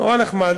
נורא נחמד.